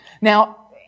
Now